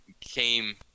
came